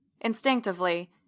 Instinctively